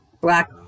Black